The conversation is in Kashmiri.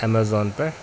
ایمیزان پٮ۪ٹھ